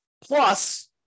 Plus